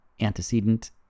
antecedent